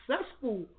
successful